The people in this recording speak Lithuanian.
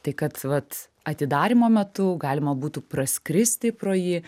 tai kad vat atidarymo metu galima būtų praskristi pro jį